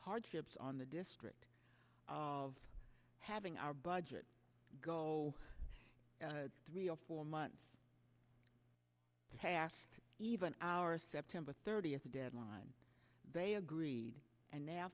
hardships on the district of having our budget go three or four months half or even our september thirtieth deadline they agreed and now